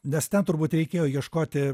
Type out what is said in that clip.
nes ten turbūt reikėjo ieškoti